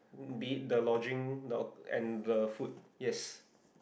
be the lodging and the food yes